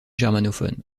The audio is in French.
germanophone